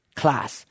class